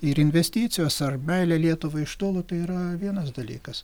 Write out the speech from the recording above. ir investicijos ar meilė lietuvai iš tolo tai yra vienas dalykas